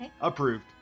Approved